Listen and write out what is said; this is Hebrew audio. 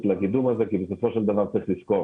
לתיקון הזה כי בסופו של דבר צריך לזכור